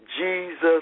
Jesus